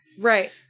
right